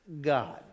God